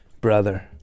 brother